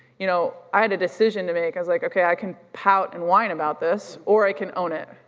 you know i had a decision to make. i was like, okay, i can pout and whine about this or i can own it,